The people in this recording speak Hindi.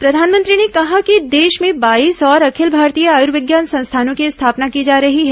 प्रधानमंत्री ने कहा कि देश में बाईस और अखिल भारतीय आयुर्विज्ञान संस्थानों की स्थापना की जा रही है